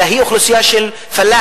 אלא היא אוכלוסייה של פלאחים,